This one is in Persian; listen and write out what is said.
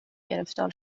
گرفتار